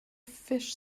fish